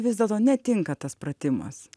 vis dėlto netinka tas pratimas